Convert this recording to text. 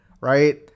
right